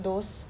those